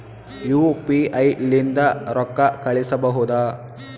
UPI ಲಿಂದ ರೊಕ್ಕ ಕಳಿಸಬಹುದಾ?